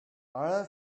all